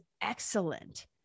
excellent